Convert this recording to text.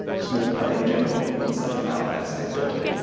small prey in general inside the mouth as they filter.